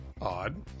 Odd